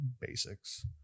basics